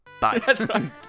Bye